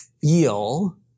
feel